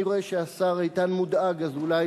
אני רואה שהשר איתן מודאג, אז אולי